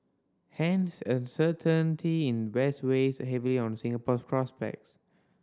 hence uncertainty in West weighs heavily on Singapore's prospects